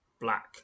black